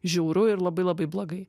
žiauru ir labai labai blogai